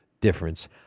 difference